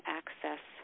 access